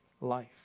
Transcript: life